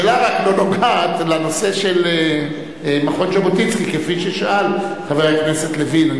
השאלה רק לא נוגעת לנושא של מכון ז'בוטינסקי כפי ששאל חבר הכנסת לוין,